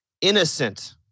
innocent